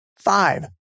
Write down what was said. Five